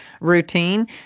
routine